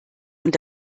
und